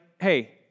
hey